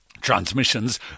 Transmissions